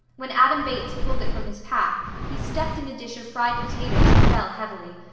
when adam bates pulled it from his path he stepped in a dish of fried potatoes and fell heavily.